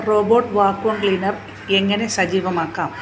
robot vacuum cleaner എങ്ങനെ സജീവമാക്കാം